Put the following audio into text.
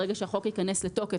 ברגע שהחוק ייכנס לתוקף,